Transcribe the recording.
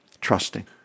trusting